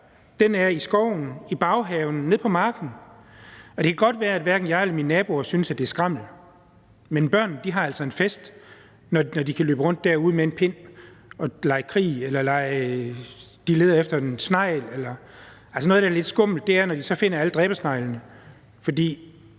den er i skoven, i baghaven, nede på marken. Og det kan godt være, at hverken jeg eller mine naboer synes, at det er skrammel, men børn har altså en fest, når de kan løbe rundt derude med en pind og lege krig eller lede efter en snegl. Og noget, der er lidt skummelt, er, når de så finder alle dræbersneglene, for